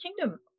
Kingdom